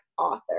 Author